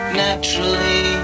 naturally